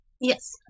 Yes